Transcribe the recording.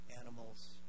Animals